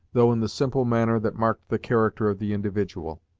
though in the simple manner that marked the character of the individual.